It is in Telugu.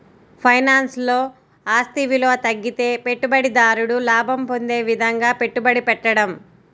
ఫైనాన్స్లో, ఆస్తి విలువ తగ్గితే పెట్టుబడిదారుడు లాభం పొందే విధంగా పెట్టుబడి పెట్టడం